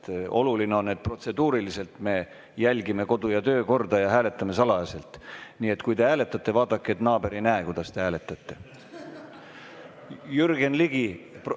Oluline on, et protseduuriliselt me järgime kodu‑ ja töökorda ja hääletame salajaselt. Nii et kui te hääletate, vaadake, et naaber ei näe, kuidas te hääletate.